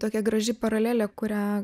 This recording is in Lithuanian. tokia graži paralelė kurią